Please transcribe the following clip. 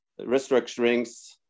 restructurings